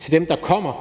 til dem, der kommer.